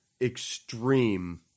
extreme